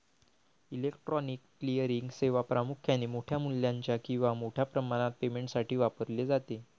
electronic clearing सेवा प्रामुख्याने मोठ्या मूल्याच्या किंवा मोठ्या प्रमाणात पेमेंटसाठी वापरली जाते